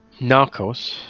Narcos